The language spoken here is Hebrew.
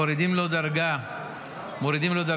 מורידים לו דרגה במעונות.